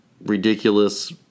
ridiculous